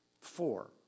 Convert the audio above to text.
four